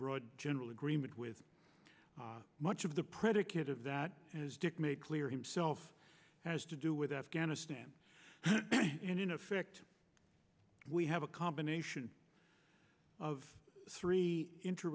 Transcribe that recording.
broad general agreement with much of the predicate of that as dick made clear himself has to do with afghanistan and in effect we have a combination of three inter